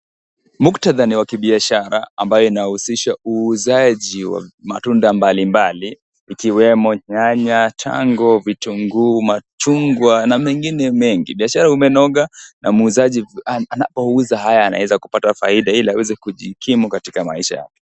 Mktadha ni wa kibiashara ambayo unahusisha uuzaji wa matunda mbalimbali ikiwemo nyanya, tango, vitunguu ,machungwa na mengine mengi, biashara unanaoga na muuzaji anapouza haya anaweza kupata faida hili aweze kujikimu katika maisha yake.